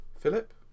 philip